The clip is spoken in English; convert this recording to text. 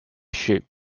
shape